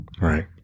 Right